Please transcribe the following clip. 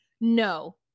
no